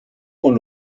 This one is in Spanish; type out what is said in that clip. con